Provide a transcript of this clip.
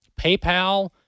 PayPal